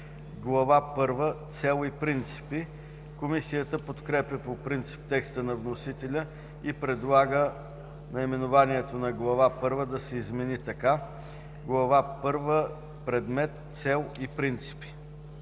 първа – Цел и принципи”. Комисията подкрепя по принцип текста на вносителя и предлага наименованието на Глава първа да се измени така: „Глава първа – Предмет, цел и принципи”.